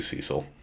Cecil